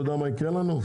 אתה יודע מה יקרה לנו?